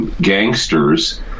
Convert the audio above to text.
gangsters